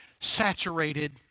saturated